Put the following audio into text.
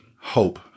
hope